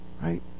Right